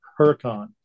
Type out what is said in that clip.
Huracan